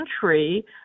country